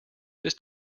this